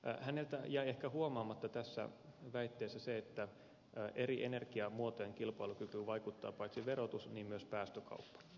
häneltä jäi ehkä huomaamatta tässä väitteessä se että eri energiamuotojen kilpailukykyyn vaikuttaa paitsi verotus myös päästökauppa